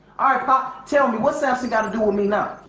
alright, pop, tell me what's samson got to do with me now.